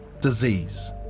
disease